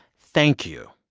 thank you